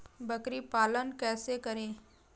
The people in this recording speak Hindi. बकरी पालन कैसे करें?